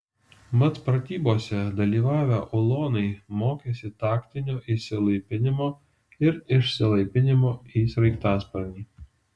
mat pratybose dalyvavę ulonai mokėsi taktinio įsilaipinimo ir išsilaipinimo į sraigtasparnį